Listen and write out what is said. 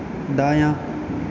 دایاں